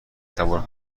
تصور